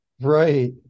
right